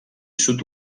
sud